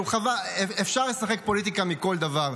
אפשר לשחק פוליטיקה מכל דבר,